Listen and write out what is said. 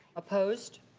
opposed?